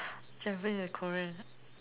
traveling to Korea